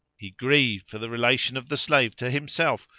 he grieved for the relation of the slave to himself,